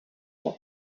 what